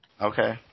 Okay